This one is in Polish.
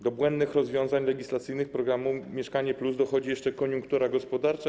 Do błędnych rozwiązań legislacyjnych programu „Mieszkanie+” dochodzi jeszcze koniunktura gospodarcza.